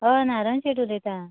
हय नारायण शेट उलयतां